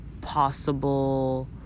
possible